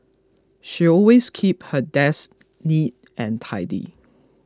she always keep her desk neat and tidy